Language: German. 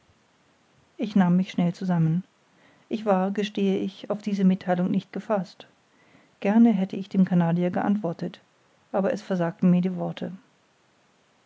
ich nahm mich schnell zusammen ich war gestehe ich auf diese mittheilung nicht gefaßt gerne hätte ich dem canadier geantwortet aber es versagten mir die worte